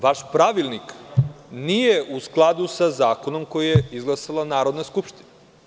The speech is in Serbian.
Vaš pravilnik nije u skladu sa zakonom koji je izglasala Narodna skupština.